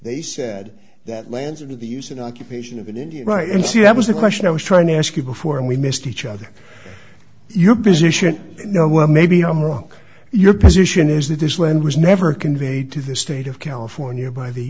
they said that lands in the use in occupation of an indian right and see that was the question i was trying to ask you before and we missed each other your position no well maybe i'm wrong your position is that this land was never conveyed to the state of california by the